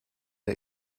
der